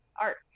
art